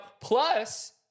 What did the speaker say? plus